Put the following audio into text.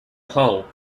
hull